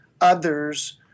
others